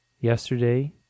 yesterday